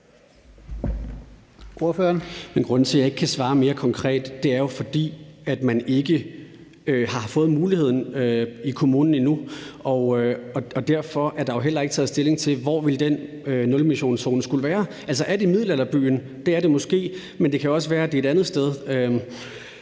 Grunden til, jeg ikke kan svare mere konkret, er jo, at man ikke har fået muligheden i kommunen endnu. Derfor er der jo heller ikke taget stilling til, hvor den nulemissionszone ville skulle være. Er det middelalderbyen? Det er det måske. Men det kan også være, det er et andet sted.